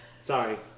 Sorry